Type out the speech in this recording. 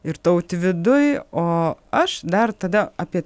ir tautvydui o aš dar tada apie